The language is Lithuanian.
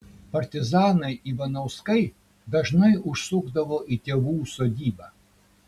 partizanai ivanauskai dažnai užsukdavo į tėvų sodybą